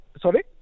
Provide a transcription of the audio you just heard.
Sorry